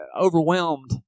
overwhelmed